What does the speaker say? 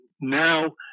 Now